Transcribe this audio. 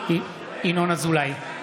ינון אזולאי,